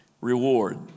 reward